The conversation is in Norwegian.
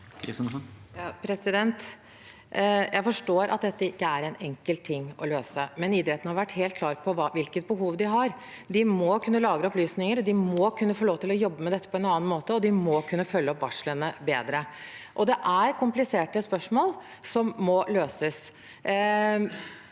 Jeg forstår at dette ikke er en enkel ting å løse, men idretten har vært helt klar på hvilke behov de har. De må kunne lagre opplysninger, de må få lov til å jobbe med dette på en annen måte, og de må kunne følge opp varslene bedre. Dette er kompliserte spørsmål som må løses.